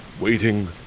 waiting